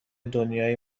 دنیای